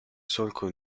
solco